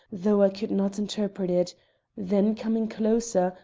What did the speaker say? though i could not interpret it then coming closer,